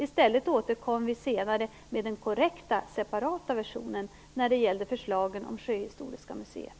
I stället kom vi senare med den korrekta separata versionen av förslaget om Sjöhistoriska museet.